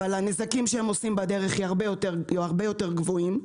אבל הנזקים שהם עושים בדרך הם הרבה יותר גדולים.